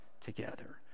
together